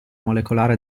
molecolare